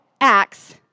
acts